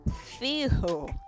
feel